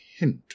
hint